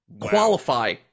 qualify